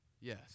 Yes